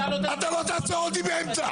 ואתה לא --- אתה לא תעצור אותי באמצע.